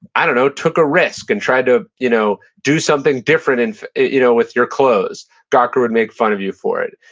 i don't know, took a risk and tried to you know do something different and you know with your clothes, gawker would make fun of you for it.